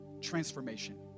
transformation